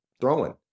throwing